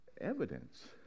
evidence